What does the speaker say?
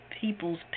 people's